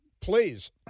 please